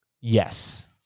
Yes